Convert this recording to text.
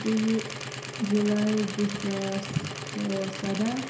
ترٛۆوُہ جولاے زٕ ساس تہٕ سداہ